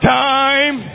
time